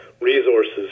resources